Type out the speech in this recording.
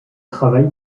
travail